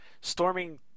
storming